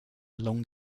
long